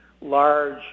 large